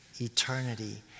eternity